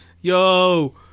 Yo